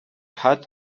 had